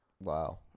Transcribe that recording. Wow